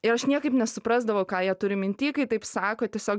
ir aš niekaip nesuprasdavau ką jie turi minty kai taip sako tiesiog